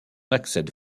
accède